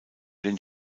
den